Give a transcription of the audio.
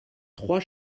trois